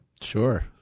Sure